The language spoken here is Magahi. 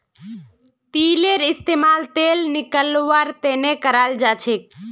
तिलेर इस्तेमाल तेल निकलौव्वार तने कराल जाछेक